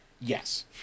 Yes